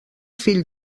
fill